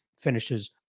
finishes